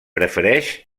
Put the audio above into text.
prefereix